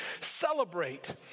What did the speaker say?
celebrate